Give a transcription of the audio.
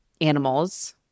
animals